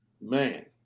Man